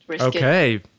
Okay